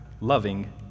loving